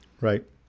Right